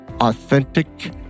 authentic